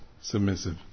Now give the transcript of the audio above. submissive